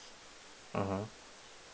mmhmm